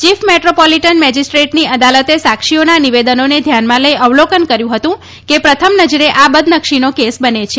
chief metropolitan મેજીસ્ટ્રેટની અદાલતે સાક્ષીઓના નિવેદનોને ધ્યાનમાં લઈ અવલોકન કર્યું હતું કે પ્રથમ નજરે આ બદનક્ષીનો કેસ બને છે